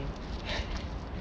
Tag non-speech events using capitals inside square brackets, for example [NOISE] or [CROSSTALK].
[LAUGHS]